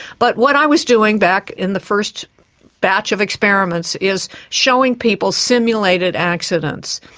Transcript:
but what i was doing back in the first batch of experiments is showing people simulated accidents,